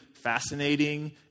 fascinating